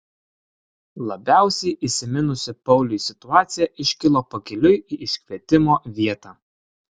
labiausiai įsiminusi pauliui situacija iškilo pakeliui į iškvietimo vietą